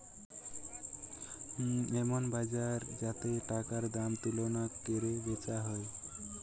এমন বাজার যাতে টাকার দাম তুলনা কোরে বেচা হয়